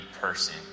person